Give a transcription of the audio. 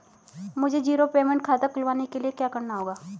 मुझे zero payment खाता खुलवाने के लिए क्या करना होगा?